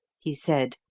he said,